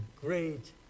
great